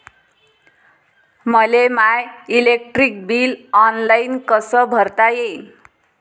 मले my electric bill online कस भरता येईन?